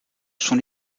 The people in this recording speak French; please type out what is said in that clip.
son